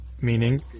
Meaning